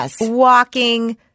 walking